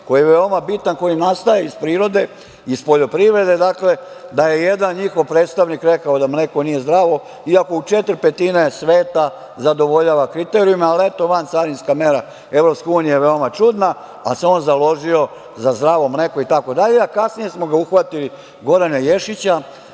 koji je veoma bitan, koji nastaje iz prirode, iz poljoprivrede, da je jedan njihov predstavnik rekao da mleko nije zdravo iako u 4/5 sveta zadovoljava kriterijume, ali, eto, vancarinska mera Evropska unije je veoma čudna, pa se on založio za zdravo mleko itd, a kasnije smo ga uhvatili, Gorana Ješića,